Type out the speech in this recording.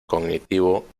cognitivo